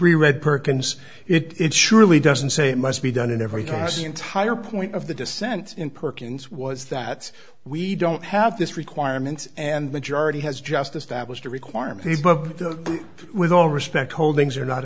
really read perkins it surely doesn't say it must be done and every time this entire point of the dissent in perkins was that we don't have this requirement and majority has just established a requirement but with all respect holdings are not